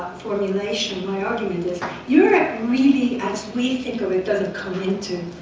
for relation, my argument is europe really, as we think of it, doesn't come into